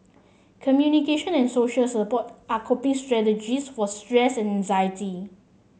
communication and social support are coping strategies for stress and anxiety